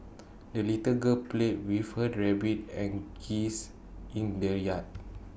the little girl played with her rabbit and geese in the yard